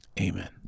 amen